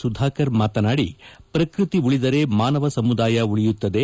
ಸುಧಾಕರ್ ಮಾತನಾಡಿ ಪ್ರಕೃತಿ ಉಳಿದರೆ ಮಾನವ ಸಮುದಾಯ ಉಳಿಯುತ್ತದೆ